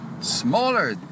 smaller